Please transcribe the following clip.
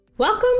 Welcome